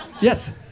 Yes